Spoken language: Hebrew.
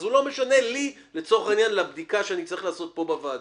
אז זה לא משנה לי לבדיקה שאני צריך לעשות פה בוועדה.